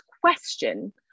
question